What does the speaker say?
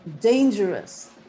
dangerous